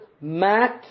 math